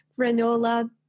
granola